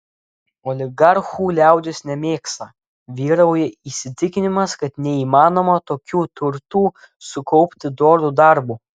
oligarchų liaudis nemėgsta vyrauja įsitikinimas kad neįmanoma tokių turtų sukaupti doru darbu